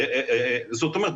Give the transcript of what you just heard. זאת אומרת,